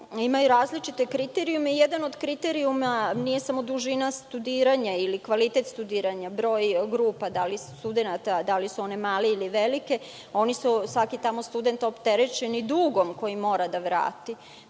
imaju različite kriterijume. Jedan od kriterijuma, nije samo dužina studiranja ili kvalitet studiranja, broj grupa studenata, da li su one male ili velike, svaki student je tamo opterećen dugom koji mora da vrati.